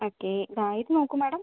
okay ഇതാ ഇത് നോക്കൂ മേഡം